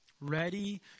ready